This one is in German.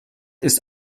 ist